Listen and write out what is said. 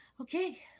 Okay